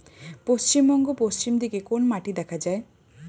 পশ্চিমবঙ্গ পশ্চিম দিকে কোন মাটি দেখা যায়?